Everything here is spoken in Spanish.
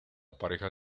pareja